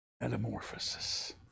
Metamorphosis